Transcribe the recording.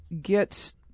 get